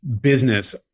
business